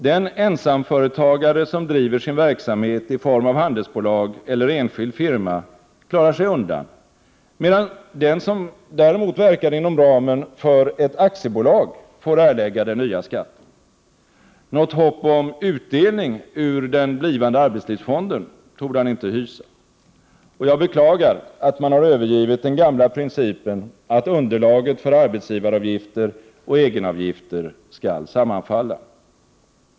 Den ensamföretagare som driver sin verksamhet i form av handelsbolag eller enskild firma klarar sig undan, medan den som däremot verkar inom ramen för ett aktiebolag får erlägga den nya skatten. Något hopp om utdelning ur den blivande arbetslivsfonden torde han inte hysa. Jag beklagar att man har övergivit den gamla principen att underlaget för arbetsgivaravgifter och egenavgifter skall sammanfalla.